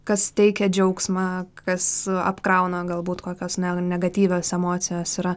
kas teikia džiaugsmą kas apkrauna galbūt kokios ne negatyvios emocijos yra